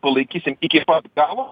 palaikysim iki pat galo